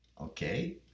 Okay